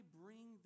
bring